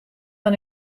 fan